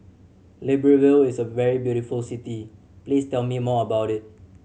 Libreville is a very beautiful city please tell me more about it